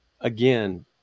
Again